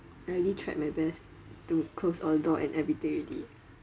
I already tried my best to close all the door and everything already